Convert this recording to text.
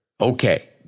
Okay